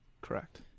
Correct